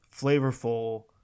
flavorful